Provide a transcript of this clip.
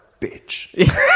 bitch